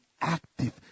active